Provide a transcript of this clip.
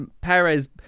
Perez